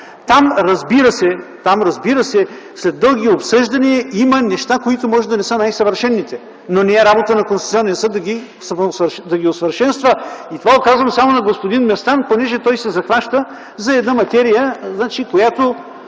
не провежда. Там, разбира се, след дълги обсъждания има неща, които може да не са най-съвършените, но не е работа на Конституционния съд да ги усъвършенства. Това го казвам само на господин Местан, понеже той се захваща за една материя, която,